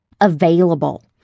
available